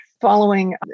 following